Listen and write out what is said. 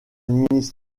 régions